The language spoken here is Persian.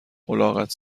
الاغت